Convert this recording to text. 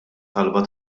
talba